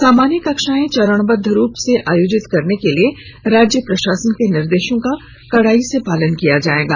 सामान्य कक्षाएं चरणबद्व रूप से आयोजित करने के लिए राज्य प्रशासन के निर्देशों का कड़ाई से पालन किया जाएगा